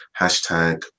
Hashtag